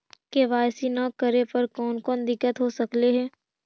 KYC न करे पर कौन कौन दिक्कत हो सकले हे?